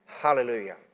Hallelujah